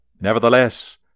Nevertheless